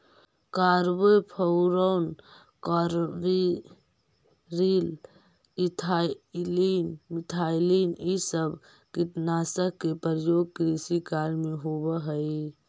carbofuran, carbaryl, ethylene, methylene इ सब कीटनाशक के प्रयोग कृषि कार्य में होवऽ हई